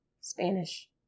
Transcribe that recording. Spanish